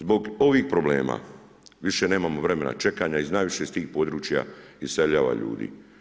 Zbog ovih problema više nemamo vremena čekanja, najviše iz tih područja iseljava ljudi.